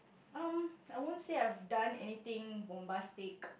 um I won't say I have done anything bombastic